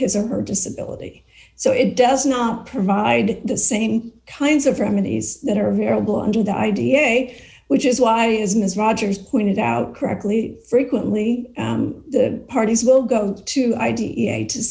his or her disability so it does not provide the same kinds of remedies that are available under the id a which is why is ms rogers pointed out correctly frequently the parties will go to